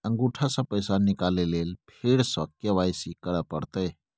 अंगूठा स पैसा निकाले लेल फेर स के.वाई.सी करै परतै?